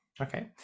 Okay